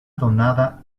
donada